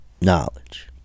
knowledge